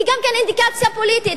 היא גם אינדיקציה פוליטית,